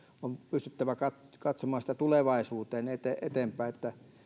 on pystyttävä katsomaan tulevaisuuteen eteenpäin